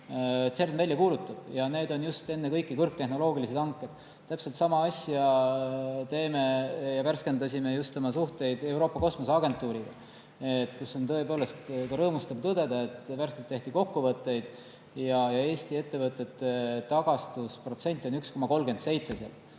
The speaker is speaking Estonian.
CERN välja kuulutab. Need on ennekõike kõrgtehnoloogilised hanked. Täpselt sama asja teeme, värskendasime just oma suhteid Euroopa Kosmoseagentuuriga. Tõepoolest rõõmustav on tõdeda, et äsja tehti kokkuvõtteid ja Eesti ettevõtete tagastusprotsent on 1,37.